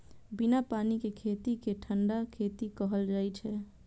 बिना पानि के खेती कें ठंढा खेती कहल जाइ छै